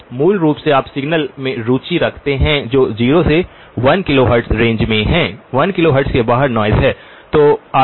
तो मूल रूप से आप सिग्नल में रुचि रखते हैं जो 0 से 1 किलोहर्ट्ज़ रेंज में है 1 किलोहर्ट्ज़ के बाहर नॉइज़ है